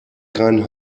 keinen